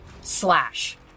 slash